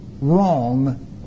wrong